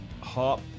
hop